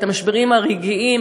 את המשברים הרגעיים,